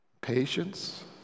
patience